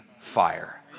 fire